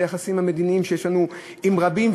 ביחסים המדיניים שיש לנו עם רבים,